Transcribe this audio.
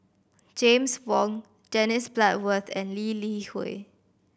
James Wong Dennis Bloodworth and Lee Li Hui